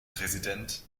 präsident